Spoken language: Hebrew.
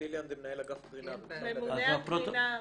סטיליאן זה מנהל אגף קרינה במשרד להגנת הסביבה.